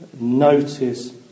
notice